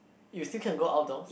you still can go outdoors